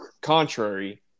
contrary